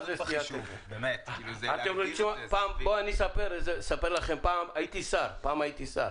פעם הייתי שר,